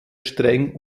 streng